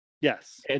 Yes